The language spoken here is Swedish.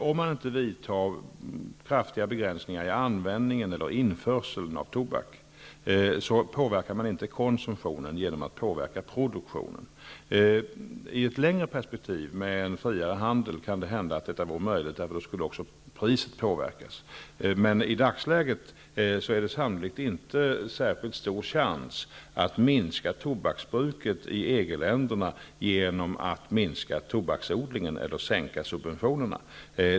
Om man inte vidtar kraftiga begränsningar i användningen eller införseln av tobak, påverkar man inte konsumtionen genom att påverka produktionen. I ett längre perspektiv med en friare handel kan det hända att detta är möjligt. Då skulle nämligen priset påverkas. Men i dagsläget finns det sannolikt inte särskilt stor chans att minska tobaksbruket i EG-länderna genom att minska tobaksodligen eller sänka subventionerna.